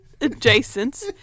adjacent